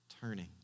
turning